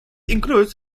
includes